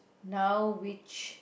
now which